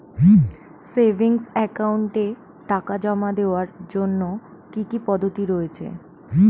Savings একাউন্টে টাকা জমা দেওয়ার জন্য কি কি পদ্ধতি রয়েছে?